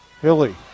Hilly